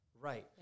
Right